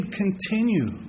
continue